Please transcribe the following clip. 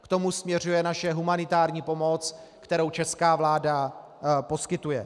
K tomu směřuje naše humanitární pomoc, kterou česká vláda poskytuje.